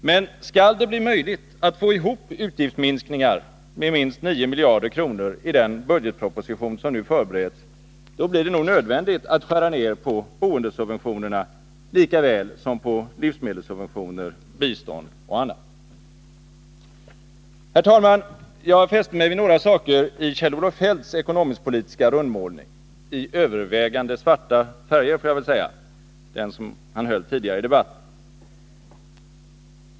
Men skall det bli möjligt att få ihop utgiftsminskningar med minst 9 miljarder kronor i den budgetproposition som nu förbereds, blir det nog nödvändigt att skära ned på boendesubventionerna lika väl som på livsmedelssubventioner, bistånd och annat. Herr talman! Jag fäste mig vid några saker i den ekonomisk-politiska rundmålning — i övervägande svarta färger — som Kjell-Olof Feldt gjorde tidigare i debatten.